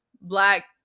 black